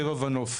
טבע ונוף.